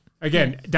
Again